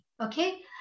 Okay